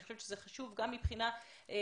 אני חושבת שזה חשוב גם מבחינת מסר,